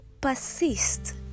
persist